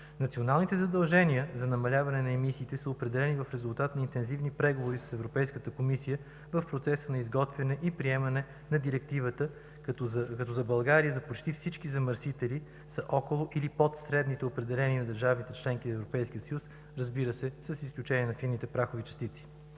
Националните задължения за намаляване на емисиите са определени в резултат на интензивни преговори с Европейската комисия в процеса на изготвяне и приемане на Директивата, като за България за почти всички замърсители са около или под средните, определени на държавите – членки на Европейския съюз, разбира се, с изключение на фините прахови частици.